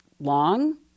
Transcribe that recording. long